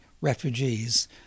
refugees